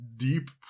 Deep